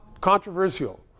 controversial